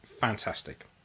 fantastic